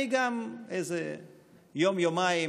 גם אני איזה יום-יומיים